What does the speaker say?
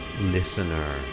listener